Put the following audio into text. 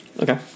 Okay